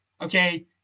Okay